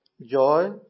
Joy